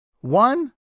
one